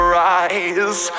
rise